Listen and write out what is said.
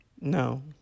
No